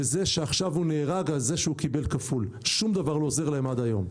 שום דבר לא עוזר להם עד היום.